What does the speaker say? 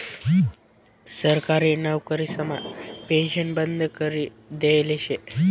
सरकारी नवकरीसमा पेन्शन बंद करी देयेल शे